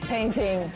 Painting